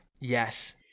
Yes